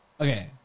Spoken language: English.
Okay